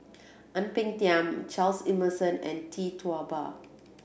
Ang Peng Tiam Charles Emmerson and Tee Tua Ba